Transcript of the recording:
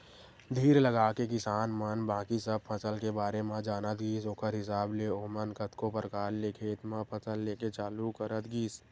धीर लगाके किसान मन बाकी सब फसल के बारे म जानत गिस ओखर हिसाब ले ओमन कतको परकार ले खेत म फसल लेके चालू करत गिस